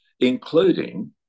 including